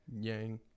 Yang